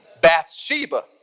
Bathsheba